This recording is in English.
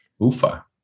Ufa